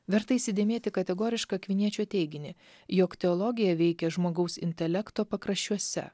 verta įsidėmėti kategorišką akviniečio teiginį jog teologija veikia žmogaus intelekto pakraščiuose